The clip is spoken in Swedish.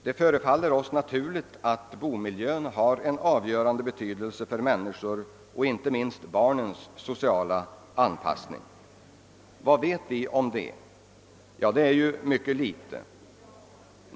Det förefaller oss naturligt att bomiljön har en avgörande betydelse för människornas, inte minst barnens, sociala anpassning. Vad vet vi om detta? Det är mycket litet.